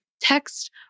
text